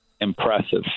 Impressive